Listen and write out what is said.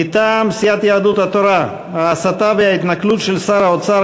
מטעם סיעת יהדות התורה: ההסתה וההתנכלות של שר האוצר